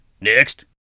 next